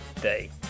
Day